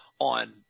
on